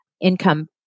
income